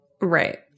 Right